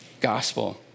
gospel